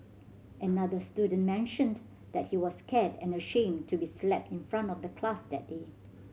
another student mentioned that he was scared and ashamed to be slapped in front of the class that day